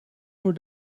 voor